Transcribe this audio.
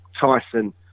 Tyson